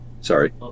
sorry